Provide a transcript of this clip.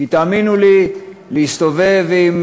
כי, תאמינו לי, להסתובב עם